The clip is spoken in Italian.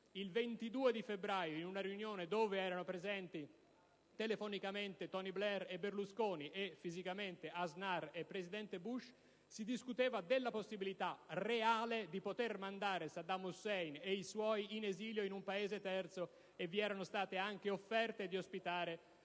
Il 22 febbraio in una riunione, dove erano presenti telefonicamente Blair e Berlusconi, e fisicamente Aznar e il presidente Bush, si discuteva della possibilità reale di poter mandare Saddam Hussein e i suoi in esilio in un Paese terzo, e vi erano state anche offerte di ospitare